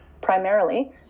primarily